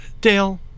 Dale